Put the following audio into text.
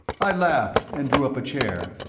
i laughed, and drew up a chair.